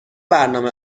برنامه